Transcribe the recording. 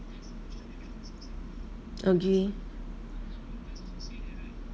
agree